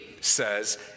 says